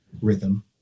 rhythm